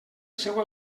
seu